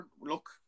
look